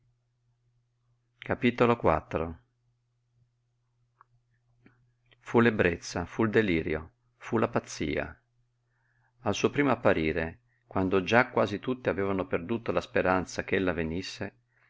via fu l'ebbrezza fu il delirio fu la pazzia al suo primo apparire quando già quasi tutti avevano perduto la speranza ch'ella venisse